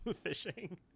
fishing